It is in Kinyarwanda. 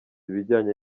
ibijyanye